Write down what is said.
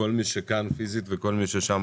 אני פותח את ישיבת ועדת הכספים.